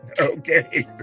Okay